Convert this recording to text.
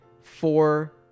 four